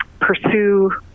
pursue